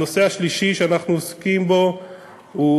הנושא השלישי שאנחנו עוסקים בו הוא